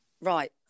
Right